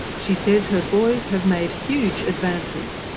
she says her boys have made huge advances.